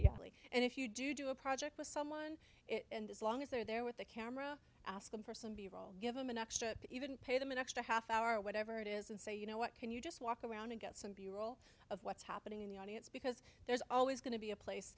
yeah and if you do do a project with someone and as long as they're there with the camera ask them first b roll give them an extra even pay them an extra half hour whatever it is and say you know what can you just walk around and get some b roll of what's happening in the audience because there's always going to be a place